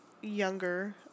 younger